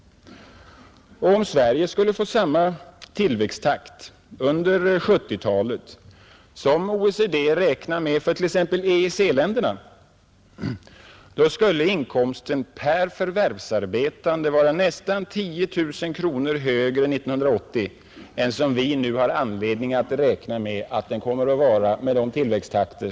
Om Sverige skulle få samma tillväxttakt under 1970-talet som OECD räknar med för t.ex. EEC-länderna, skulle inkomsten per förvärvsarbetande vara nästan 10 000 kronor högre 1980 än som vi har anledning räkna med att den kommer att vara med nuvarande tillväxttakt.